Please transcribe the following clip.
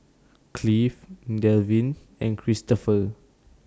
Cleve Delvin and Cristopher